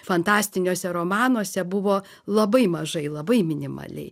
fantastiniuose romanuose buvo labai mažai labai minimaliai